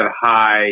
high